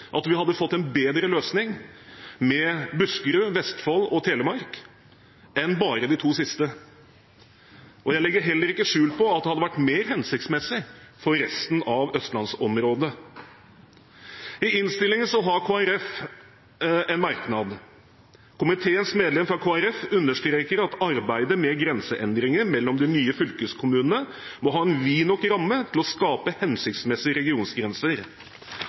at vi hadde fått en bedre løsning med Buskerud, Vestfold og Telemark enn bare de to siste. Jeg legger heller ikke skjul på at det hadde vært mer hensiktsmessig for resten av østlandsområdet. I innstillingen har Kristelig Folkeparti en merknad: «Komiteens medlem fra Kristelig Folkeparti understreker at arbeidet med grenseendringer mellom de nye fylkeskommunene må ha en vid nok ramme til å skape hensiktsmessige regionsgrenser.